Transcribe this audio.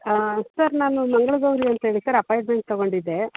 ಹಾಂ ಸರ್ ನಾನು ಮಂಗಳಗೌರಿ ಅಂತೇಳಿ ಸರ್ ಅಪಾಯಿಂಟ್ಮೆಂಟ್ ತಗೊಂಡಿದ್ದೆ